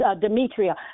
Demetria